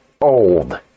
old